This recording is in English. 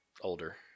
Older